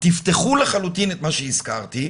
תפתחו לחלוטין את מה שהזכרתי.